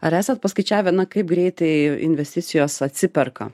ar esat paskaičiavę na kaip greitai investicijos atsiperka